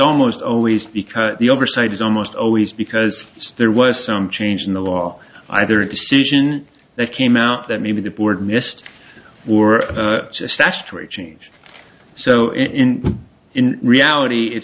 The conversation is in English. almost always because the oversight is almost always because there was some change in the law either a decision that came out that maybe the board missed or a statutory change so in in reality it